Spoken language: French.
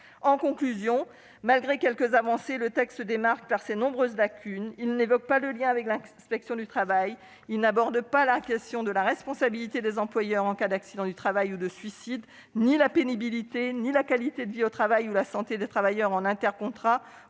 En conclusion, malgré quelques avancées, ce texte se démarque par ses nombreuses lacunes. Il n'évoque pas le lien avec l'inspection du travail ; il n'aborde ni la question de la responsabilité des employeurs en cas d'accident du travail ou de suicide, ni la pénibilité, ni la qualité de vie au travail ni la santé des travailleurs en inter-contrat